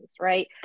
right